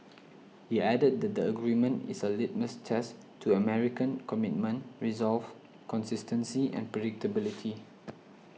he added that the agreement is a litmus test to American commitment resolve consistency and predictability